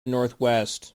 northwest